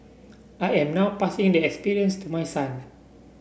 I am now passing the experience to my son